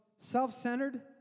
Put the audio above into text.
self-centered